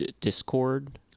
Discord